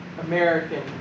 American